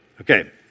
Okay